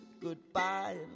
goodbye